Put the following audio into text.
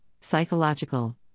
psychological